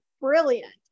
brilliant